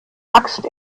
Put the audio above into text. axt